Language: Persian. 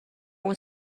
اون